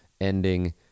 ending